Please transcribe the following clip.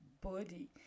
body